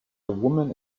woman